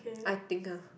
I think ah